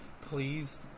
Please